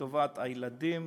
לטובת הילדים,